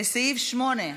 לסעיף 8,